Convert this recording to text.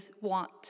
want